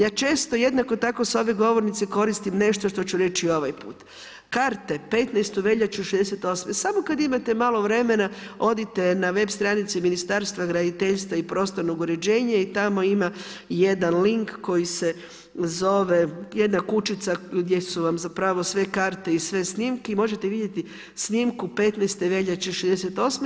Ja često jednako tako s ove govornice koristim nešto što ću reći i ovaj put, karte 15. veljače '68., samo kada imate malo vremena odite na web stranice Ministarstva graditeljstva i prostornog uređenja i tamo ima jedan link koji se zove, jedna kućica gdje su vam zapravo sve karte i sve snimke i možete vidjeti snimku 15. veljače '68.